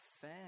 fair